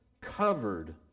covered